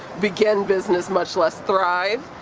begin business, much less thrive.